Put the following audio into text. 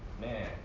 man